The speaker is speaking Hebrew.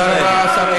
תודה רבה, השר אלקין.